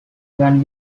van